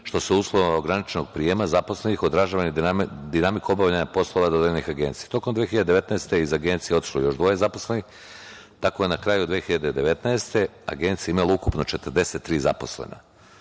što se usled ograničenog prijema zaposlenih odražava i na dinamiku obavljanja poslova dodeljenih Agenciji. Tokom 2019. godine iz Agencije je otišlo još dvoje zaposlenih, tako je na kraju 2019. godine Agencija imala ukupno 43 zaposlena.